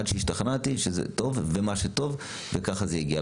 עד שהשתכנעתי שזה מה שטוב וככה זה הגיע.